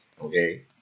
okay